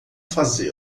fazê